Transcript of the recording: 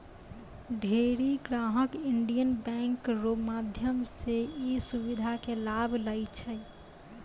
ढेरी ग्राहक Indian Bank रो माध्यम से ई सुविधा के लाभ लै छै